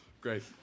Great